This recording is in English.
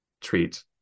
treat